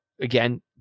again